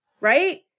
right